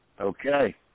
Okay